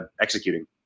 executing